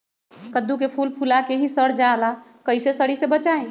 कददु के फूल फुला के ही सर जाला कइसे सरी से बचाई?